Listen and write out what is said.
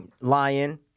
Lion